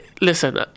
listen